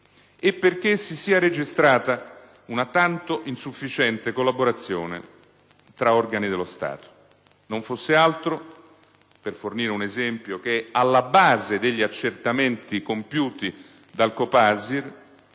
e perché si sia registrata una tanto insufficiente collaborazione tra organi dello Stato, non fosse altro - per fornire un esempio che è alla base degli accertamenti compiuti dal COPASIR